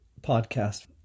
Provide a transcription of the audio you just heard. podcast